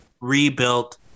rebuilt